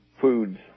foods